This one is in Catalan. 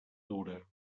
dura